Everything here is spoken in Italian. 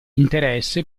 interesse